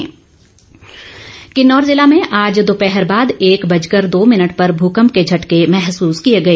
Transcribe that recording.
भुकंप किन्नौर जिला में आज दोपहर बाद एक बजकर दो मिनट पर भूकंप के झटके महसूस किए गए